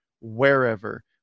wherever